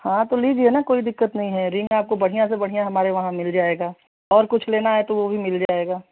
हाँ तो लीजिए ना कोई दिक़्क़त नहीं है रिंग आपको बढ़िया से बढ़िया हमारे वहाँ मिल जाएगा और कुछ लेना है तो वह भी मिल जाएगा